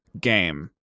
game